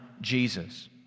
Jesus